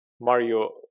mario